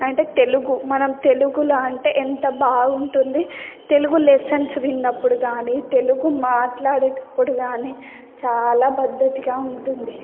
అంటే తెలుగు మనం తెలుగులో అంటే ఎంత బాగుంటుంది తెలుగు లెసన్స్ మాట్లాడేటప్పుడు కాని చాలా పద్ధతిగా ఉంటుంది